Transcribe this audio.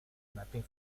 mapping